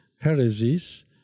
heresies